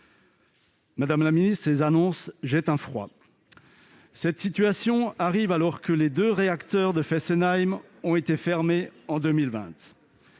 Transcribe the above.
cet hiver. Ces annonces jettent un froid ! Cette situation arrive après que deux réacteurs de Fessenheim ont été fermés en 2020.